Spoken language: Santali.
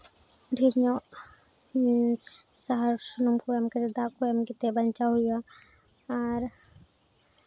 ᱰᱷᱮᱨ ᱧᱚᱜ ᱥᱟᱨ ᱥᱩᱱᱩᱢ ᱠᱚ ᱮᱢ ᱠᱟᱛᱮ ᱫᱟᱜ ᱠᱚ ᱮᱢ ᱠᱟᱛᱮ ᱵᱟᱧᱪᱟᱣ ᱦᱩᱭᱩᱜᱼᱟ ᱟᱨ